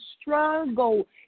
struggle